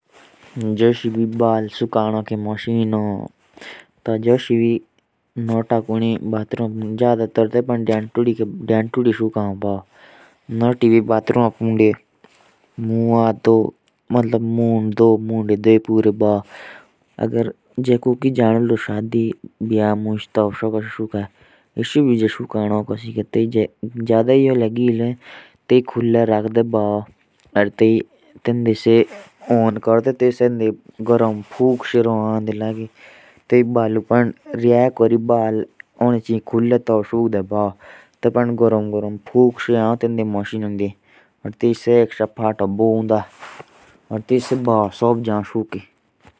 जो वो बाल सुखानकी मशीन होती है। तो वो जल्दी में ही बाल सूखा देती है।